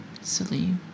silly